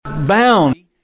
Bound